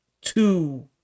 two